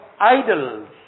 idols